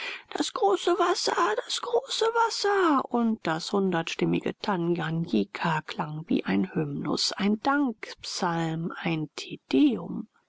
das große wasser das große wasser und das hundertstimmige tanganjika klang wie ein hymnus ein dankpsalm ein